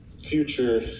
Future